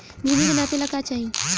भूमि के नापेला का चाही?